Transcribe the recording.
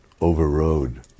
overrode